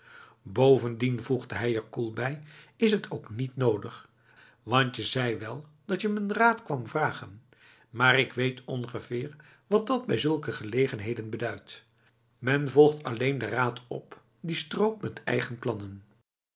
bovendien voegde hij er koel bij is het ook niet nodig wantje zei wel datje m'n raad kwam vragen maar ik weet ongeveer wat dat bij zulke gelegenheden beduidt men volgt dan alleen de raad op die strookt met eigen plannen